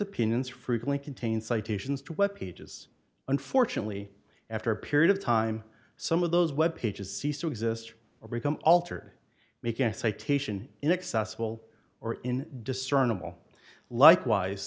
opinions frequently contain citations to web pages unfortunately after a period of time some of those web pages cease to exist or become altered making citation inaccessible or in discernible likewise